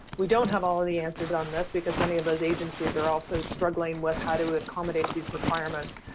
we don't have all the answers on this because many of those agencies are also struggling with how to accommodate these requirements.